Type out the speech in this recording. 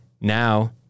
now –